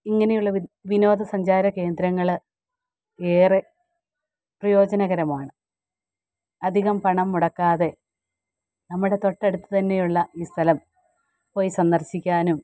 ഇങ്ങനെയുള്ള വിനോദസഞ്ചാരകേന്ദ്രങ്ങള് ഏറെ പ്രയോജനകരമാണ് അധികം പണം മുടക്കാതെ നമ്മുടെ തൊട്ടടുത്ത് തന്നെയുള്ള ഈ സ്ഥലം പോയി സന്ദർശിക്കാനും